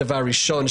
דבר שני.